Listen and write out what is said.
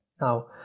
Now